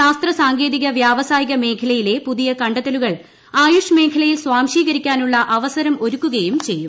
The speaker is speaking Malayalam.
ശാസ്ത്രസാങ്കേതിക വ്യാവസായികമേഖലയിലെ പുതിയ കണ്ടെത്തലുകൾ ആയുഷ്മേഖലയിൽ സ്വാംശികരിക്കാനുള്ള അവസരം ഒരുക്കുകയും ചെയ്യും